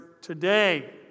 today